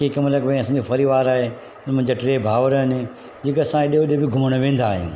कंहिं कंहिंमहिल भाई असांजो परिवारु आहे ऐं मुंहिंजा टे भाउर आहिनि जेके असां हेॾे होॾे बि घुमणु वेंदा आहियूं